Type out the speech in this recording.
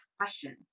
questions